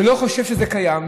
ולא חושב שזה קיים,